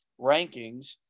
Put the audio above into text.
rankings –